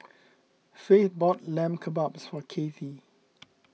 Faith bought Lamb Kebabs for Cathie